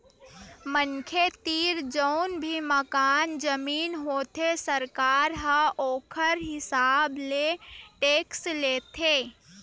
मनखे तीर जउन भी मकान, जमीन होथे सरकार ह ओखर हिसाब ले टेक्स लेथे